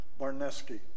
Barneski